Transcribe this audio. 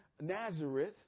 Nazareth